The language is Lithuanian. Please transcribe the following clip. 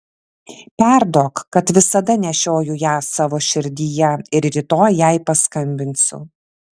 perduok kad visada nešioju ją savo širdyje ir rytoj jai paskambinsiu